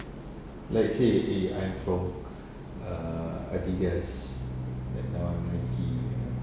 like say eh I'm from err Adidas like that [one] Nike you know